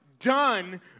done